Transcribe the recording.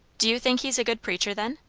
do you think he's a good preacher, then?